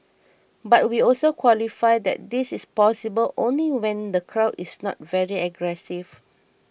but we also qualify that this is possible only when the crowd is not very aggressive